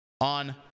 on